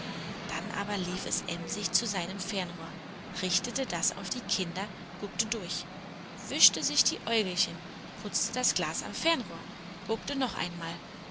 dann aber lief es emsig zu seinem fernrohr richtete das auf die kinder guckte durch wischte sich die äugelchen putzte das glas am fernrohr guckte noch einmal